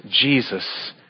Jesus